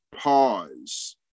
pause